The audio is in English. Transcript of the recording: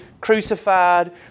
crucified